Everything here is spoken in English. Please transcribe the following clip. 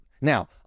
Now